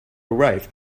arrive